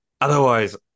otherwise